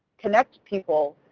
connect people?